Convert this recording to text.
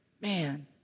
Man